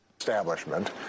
Establishment